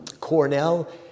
Cornell